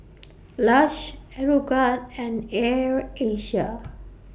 Lush Aeroguard and Air Asia